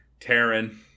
Taryn